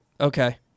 Okay